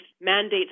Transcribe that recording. mandates